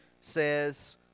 says